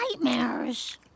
nightmares